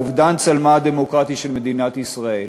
"אובדן צלמה הדמוקרטי של מדינת ישראל",